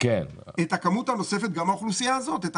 את ההטבה הבסיסית.